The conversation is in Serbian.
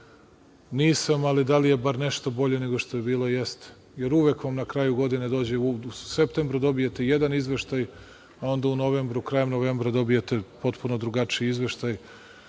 Nisam, ali je bar nešto bolje nego što je bilo, jeste. Jer, uvek vam na kraju godine dođe, u septembru dobijete jedan izveštaj, a onda krajem novembra dobijete potpuno drugačiji izveštaj,